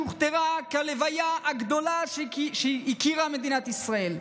והיא הוכתרה כלוויה הגדולה שהכירה מדינת ישראל.